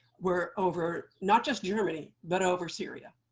were over not just germany, but over syria.